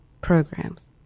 programs